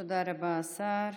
תודה רבה, השר.